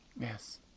Yes